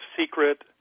secret